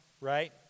right